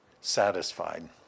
satisfied